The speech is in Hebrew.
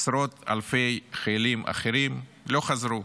עשרות אלפי חיילים אחרים לא חזרו.